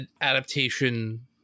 adaptation